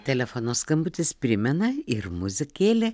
telefono skambutis primena ir muzikėlė